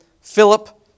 Philip